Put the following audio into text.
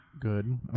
good